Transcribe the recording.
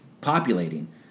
populating